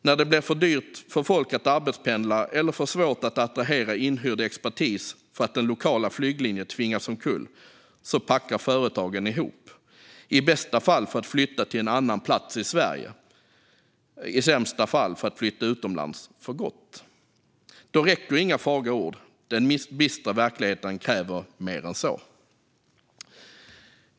När det blir för dyrt för folk att arbetspendla eller för svårt att attrahera inhyrd expertis för att den lokala flyglinjen tvingats omkull packar företagen ihop, i bästa fall för att flytta till en annan plats i Sverige, i sämsta fall för att flytta utomlands för gott. Då räcker inga fagra ord. Den bistra verkligheten kräver mer än så.